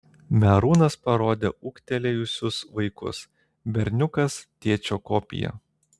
merūnas parodė ūgtelėjusius vaikus berniukas tėčio kopija